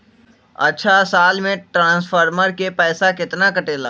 अछा साल मे ट्रांसफर के पैसा केतना कटेला?